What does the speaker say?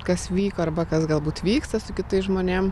kas vyko arba kas galbūt vyksta su kitais žmonėm